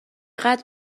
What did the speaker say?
قدر